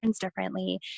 differently